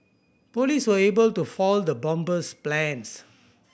police were able to foil the bomber's plans